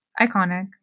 Iconic